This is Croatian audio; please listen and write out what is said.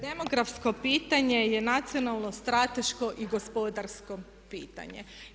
Demografsko pitanje je nacionalno, strateško i gospodarsko pitanje.